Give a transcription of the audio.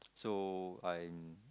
so I